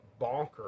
bonkers